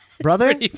Brother